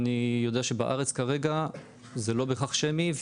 אני יודע שבארץ כרגע זה לא בהכרח שמי,